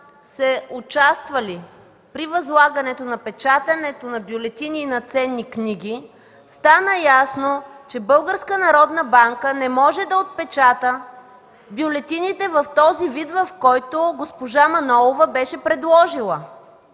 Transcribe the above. са участвали при възлагането на печатането на бюлетини и на ценни книги. Стана ясно, че Българската народна банка не може да отпечата бюлетините в този вид, в който госпожа Манолова беше предложила.